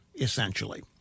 essentially